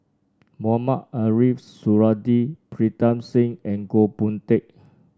Mohamed Ariff Suradi Pritam Singh and Goh Boon Teck